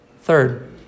Third